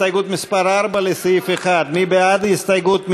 הסתייגות מס' 4 לסעיף 1, מי בעד ההסתייגות?